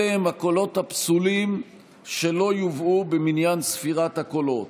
אלה הם הקולות הפסולים שלא יובאו במניין ספירת הקולות: